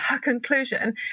conclusion